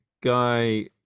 guy